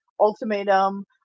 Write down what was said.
Ultimatum